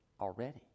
already